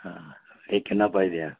हां एह् किन्ना पाई देआं